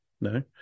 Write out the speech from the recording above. No